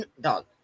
dog